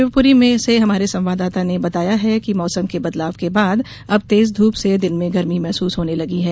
शिवपुरी से हमारे संवाददाता ने बताया है कि मौसम के बदलाव के बाद अब तेज धूप से दिन में गर्मी महसूस होने लगी है